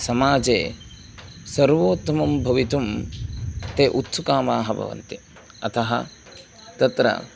समाजे सर्वोत्तमं भवितुं ते उत्सुकामाः भवन्ति अतः तत्र